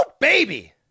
baby